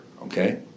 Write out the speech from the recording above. okay